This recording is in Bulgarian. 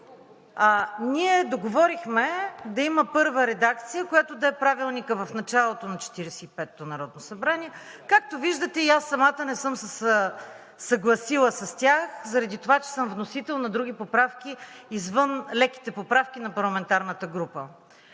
ние договорихме да има първа редакция, която да е Правилникът в началото на 45-ото народно събрание. Както виждате, аз самата не съм се съгласила с тях заради това, че съм вносител на други поправки извън леките поправки на парламентарната група.